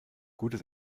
gutes